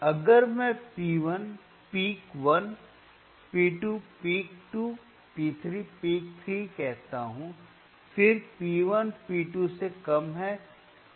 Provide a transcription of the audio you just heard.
अगर मैं P1 peak 1 P2 peak 2 P3 peak 3 कहता हूं फिर P1 P2 से कम है P3 से कम है